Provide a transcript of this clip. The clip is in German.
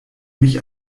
mich